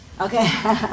Okay